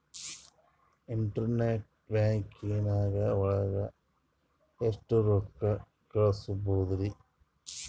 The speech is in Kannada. ಇಂಟರ್ನೆಟ್ ಬ್ಯಾಂಕಿಂಗ್ ಒಳಗೆ ಎಷ್ಟ್ ರೊಕ್ಕ ಕಲ್ಸ್ಬೋದ್ ರಿ?